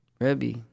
Rebbe